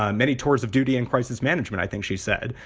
ah and many tours of duty and crisis management, i think she said.